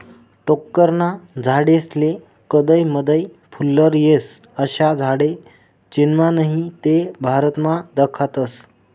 टोक्करना झाडेस्ले कदय मदय फुल्लर येस, अशा झाडे चीनमा नही ते भारतमा दखातस